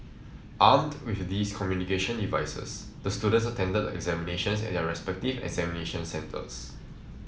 armed with these communication devices the students attended the examinations at their respective examination centres